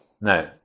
No